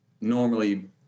normally